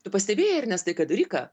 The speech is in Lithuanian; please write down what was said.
tu pastebėjai ernestai kad rika